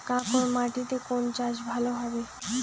কাঁকর মাটিতে কোন চাষ ভালো হবে?